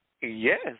Yes